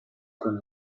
کنیم